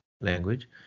language